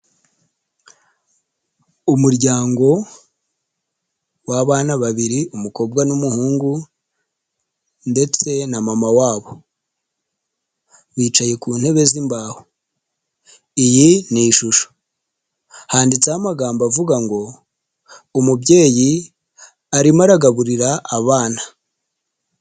Umuryango w'abana babiri umukobwa n'umuhungu ndetse na mama wabo, bicaye ku ntebe z'imbaho, iyi ni ishusho. Handitseho amagambo avuga ngo ''umubyeyi arimo aragaburira abana.''